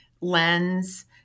lens